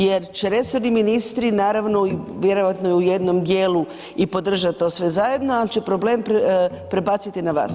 Jer će resorni ministri, naravno, vjerojatno i u jednom dijelu i podržati to sve zajedno, ali će problem prebaciti na vas.